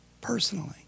personally